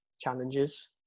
challenges